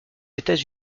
états